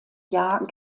jahr